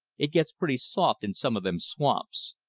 it gets pretty soft in some of them swamps.